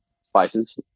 spices